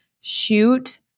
shoot